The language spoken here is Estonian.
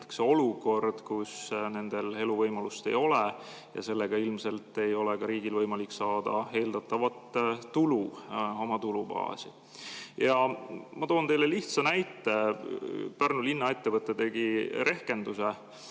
olukord, kus nendel eluvõimalust ei ole, ja sellega ilmselt ei ole ka riigil võimalik saada eeldatavat tulu oma tulubaasi. Ma toon teile lihtsa näite. Pärnu linnaettevõte tegi rehkenduse